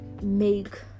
make